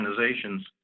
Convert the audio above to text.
organizations